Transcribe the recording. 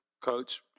Coach